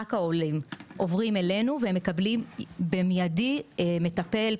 רק העולים עוברים אלינו והם מקבלים במיידי מטפל,